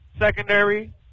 secondary